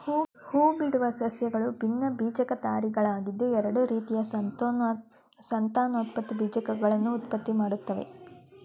ಹೂಬಿಡುವ ಸಸ್ಯಗಳು ಭಿನ್ನಬೀಜಕಧಾರಿಗಳಾಗಿದ್ದು ಎರಡು ರೀತಿಯ ಸಂತಾನೋತ್ಪತ್ತಿ ಬೀಜಕಗಳನ್ನು ಉತ್ಪತ್ತಿಮಾಡ್ತವೆ